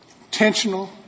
intentional